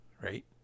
Right